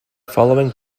following